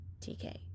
tk